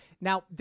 Now